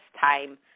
time